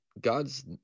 God's